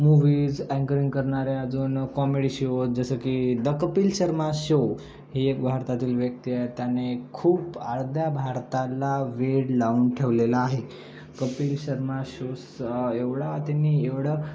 movies anchoring करणाऱ्या अजून comedy show जसं की द कपिल शर्मा शो ही एक भारतातील व्यक्ती आहे त्याने खूप अर्ध्या भारताला वेड लावून ठेवलेला आहे कपिल शर्मा शोस एवढा त्यांनी एवढा